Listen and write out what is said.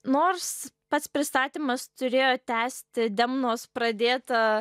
nors pats pristatymas turėjo tęsti demnos pradėtą